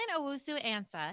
Owusu-Ansa